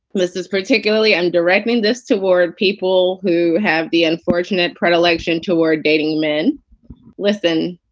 this is particularly under regnan. this toward people who have the unfortunate predilection toward dating men listen.